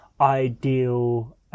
ideal